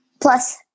plus